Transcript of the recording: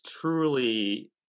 truly